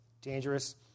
dangerous